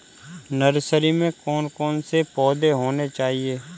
Nursery में कौन कौन से पौधे होने चाहिए?